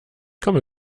komme